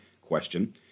question